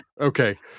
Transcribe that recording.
okay